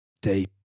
deep